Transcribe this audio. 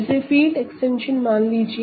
इसे field extension मान लीजिए